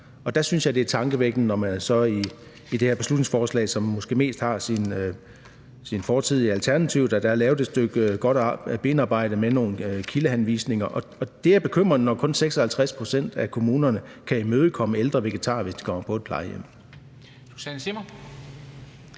og der synes jeg, at det her beslutningsforslag, som måske mest har sin fortid i Alternativet, og hvor der er lavet et stykke godt benarbejde med nogle kildehenvisninger, er tankevækkende. Det er bekymrende, når kun 56 pct. af kommunerne kan imødekomme ældre vegetarer, hvis de kommer på plejehjem.